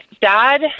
dad